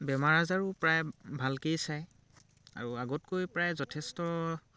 বেমাৰ আজাৰো প্ৰায় ভালকৈয়ে চায় আৰু আগতকৈ প্ৰায় যথেষ্ট